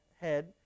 head